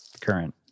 current